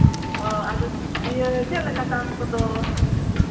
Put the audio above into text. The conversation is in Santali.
ᱚ ᱟᱫᱚ ᱪᱮᱫ ᱞᱮᱠᱟ ᱫᱟᱢ ᱠᱚᱫᱚ